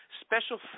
special